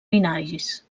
binaris